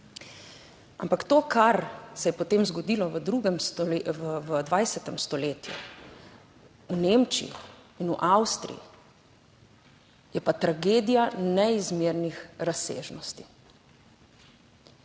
ampak to, kar se je potem zgodilo v 2. stole..., v 20. stoletju v Nemčiji in v Avstriji, je pa tragedija neizmernih razsežnosti.